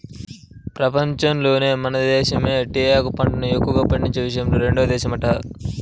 పెపంచంలోనే మన దేశమే టీయాకు పంటని ఎక్కువగా పండించే విషయంలో రెండో దేశమంట